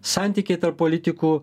santykiai tarp politikų